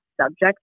subject